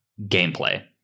gameplay